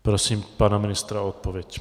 Prosím pana ministra o odpověď.